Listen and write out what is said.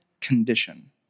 condition